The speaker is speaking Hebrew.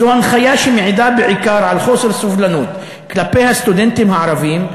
זו הנחיה שמעידה בעיקר על חוסר סובלנות כלפי הסטודנטים הערבים.